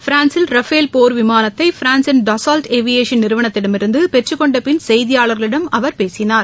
பிரான்சில் ரஃபேல் போர் விமானத்தை பிரான்சின் டசால்ட் ஏவியேசன் நிறுவனத்திடமிருந்து பெற்றக் கொண்ட பின் செய்தியாளர்களிடம் அவர் பேசினார்